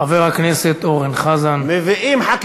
שהבית שלך בנוי על קרקע לא חוקית.